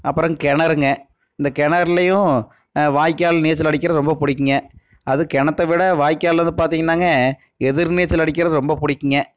அப்புறம் கிணறுங்க அந்த கிணறுலையும் வாய்க்கால் நீச்சல் அடிக்கிறது ரொம்ப பிடிக்குங்க அதுவும் கிணத்த விட வாய்க்காலில் அது பார்த்தீங்கன்னாங்க எதிர்நீச்சல் அடிக்கிறது ரொம்ப பிடிக்குங்க